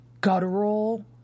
guttural